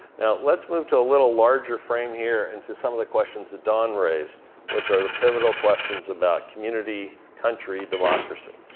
now let's move to a little larger frame here and to some of the questions that dawn raised which are the pivotal questions about community, country, democracy.